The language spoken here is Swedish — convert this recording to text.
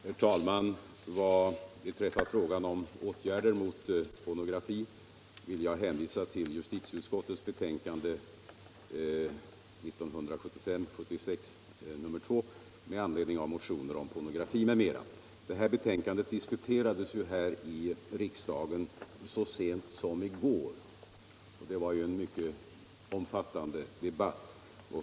Herr talman! Vad beträffar frågan om åtgärder mot pornografi vill jag hänvisa till justitieutskottets betänkande 1975/76:2 med anledning av motioner om pornografi m.m. Detta betänkande diskuterades ju här i riksdagen så sent som i går. Det var en mycket omfattande debatt.